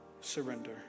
surrender